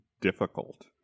difficult